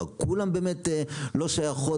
כולן באמת לא שייכות,